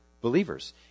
believers